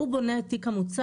הוא בונה את תיק המוצר,